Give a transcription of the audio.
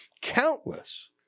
countless